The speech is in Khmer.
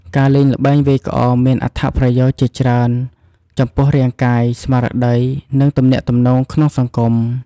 ការលេងល្បែងវាយក្អមមានអត្ថប្រយោជន៍ជាច្រើនចំពោះរាងកាយ ស្មារតី និងទំនាក់ទំនងក្នុងសង្គម។